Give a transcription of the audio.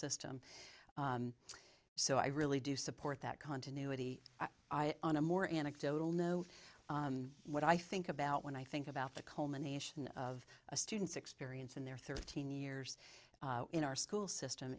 system so i really do support that continuity on a more anecdotal note what i think about when i think about the culmination of a student's experience in their thirteen years in our school system